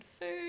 food